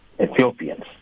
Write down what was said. Ethiopians